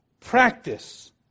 practice